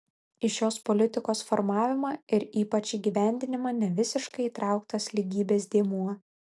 į šios politikos formavimą ir ypač įgyvendinimą nevisiškai įtrauktas lygybės dėmuo